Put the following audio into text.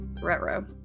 Retro